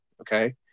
okay